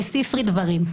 בספרי דברים.